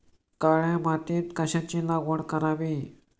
काळ्या मातीत कशाची लागवड करावी?